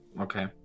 Okay